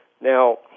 now